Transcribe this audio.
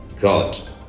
God